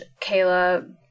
Kayla